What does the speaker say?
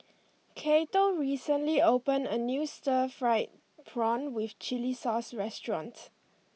Cato recently opened a new Stir Fried Prawn with Chili Sauce restaurant